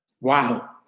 Wow